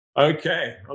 Okay